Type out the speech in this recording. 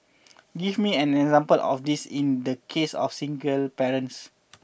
give me an example of this in the case of single parents